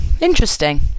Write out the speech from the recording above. interesting